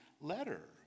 Letter